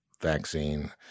vaccine